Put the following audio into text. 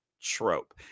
trope